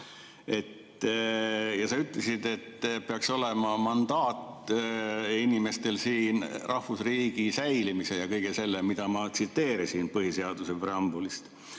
Sa ütlesid, et peaks olema mandaat inimestel siin rahvusriigi säilimise ja kõige sellega seoses, mida ma põhiseaduse preambulist